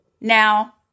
Now